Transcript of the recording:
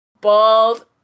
bald